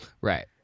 right